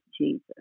Jesus